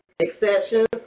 Exceptions